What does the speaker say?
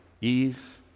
ease